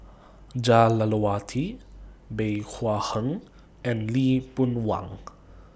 Jah Lelawati Bey Hua Heng and Lee Boon Wang